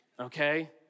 Okay